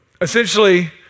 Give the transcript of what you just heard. Essentially